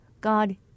God